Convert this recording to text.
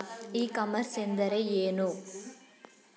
E commerce ಎಂದರೆ ಏನು?